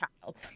child